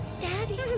Daddy